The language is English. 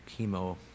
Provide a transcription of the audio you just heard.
chemo